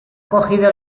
cogido